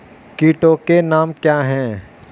कीटों के नाम क्या हैं?